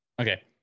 Okay